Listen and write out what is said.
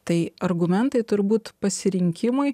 tai argumentai turbūt pasirinkimai